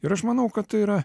ir aš manau kad tai yra